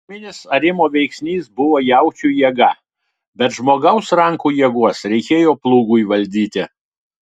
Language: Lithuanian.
esminis arimo veiksnys buvo jaučių jėga bet žmogaus rankų jėgos reikėjo plūgui valdyti